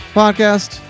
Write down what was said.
podcast